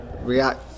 react